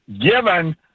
given